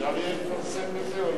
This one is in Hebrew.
אפשר יהיה לפרסם או לא?